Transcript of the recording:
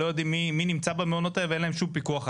לא יודעים מי נמצא במעונות האלה ואין שום פיקוח עליהם.